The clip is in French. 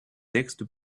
texte